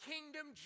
kingdom